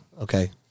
Okay